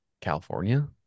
California